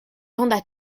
vendent